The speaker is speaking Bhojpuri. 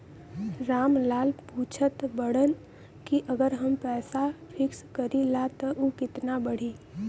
राम लाल पूछत बड़न की अगर हम पैसा फिक्स करीला त ऊ कितना बड़ी?